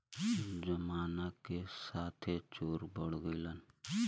जमाना के साथे चोरो बढ़ गइलन